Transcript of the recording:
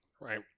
Right